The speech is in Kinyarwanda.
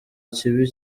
kibi